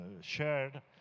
shared